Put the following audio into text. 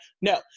No